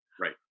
Right